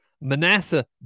Manasseh